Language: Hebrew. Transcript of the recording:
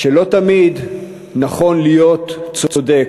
שלא תמיד נכון להיות צודק,